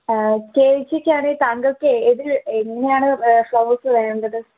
ആ ചേച്ചിക്കാണെ താങ്കൾക്ക് ഏത് എങ്ങനെയാണ് ഫ്ലവേഴ്സ് വേണ്ടത്